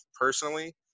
personally